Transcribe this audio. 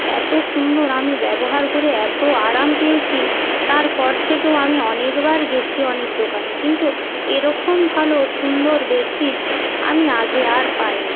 এতো সুন্দর আমি ব্যবহার করে এতো আরাম পেয়েছি তারপর থেকেও আমি অনেকবার গেছি অনেক দোকানে কিন্তু এরকম ভালো সুন্দর বেডশিট আমি আগে আর পাইনি